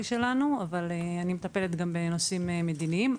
שלנו אבל אני מטפלת גם בנושאים מדיניים.